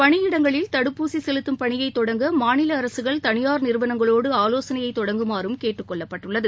பணியிடங்களில் தடுப்பூசி செலுத்தம் பணியைத் தொடங்க மாநில அரசுகள் தனியார் நிறுவனங்களோடு ஆலோசனையைத் தொடங்குமாறும் கேட்டுக் கொள்ளப்பட்டுள்ளது